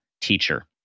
teacher